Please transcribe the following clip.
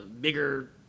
bigger